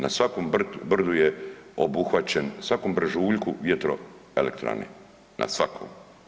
Na svakom brdu je obuhvaćen, svakom brežuljku vjetroelektrane, na svakom.